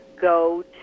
go